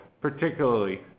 particularly